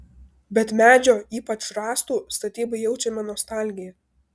bet medžio ypač rąstų statybai jaučiame nostalgiją